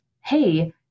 hey